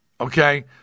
Okay